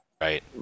right